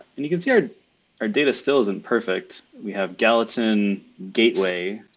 and you can see our our data still isn't perfect. we have gallatin gateway,